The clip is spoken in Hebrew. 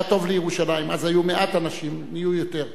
היה טוב לירושלים, אז היו מעט אנשים, יהיו יותר.